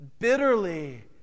bitterly